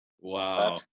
wow